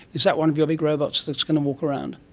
is that one of your big robots that is going to walk around?